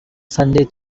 sunday